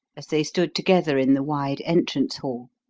as they stood together in the wide entrance hall.